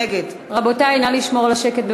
נגד רבותי, נא לשמור על השקט.